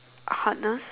hardness